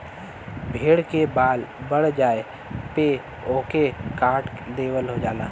भेड़ के बाल बढ़ जाये पे ओके काट देवल जाला